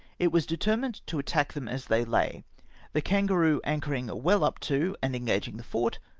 it was de termined to attack them as they lay the kangaroo anchoring well up to and engaging the fort,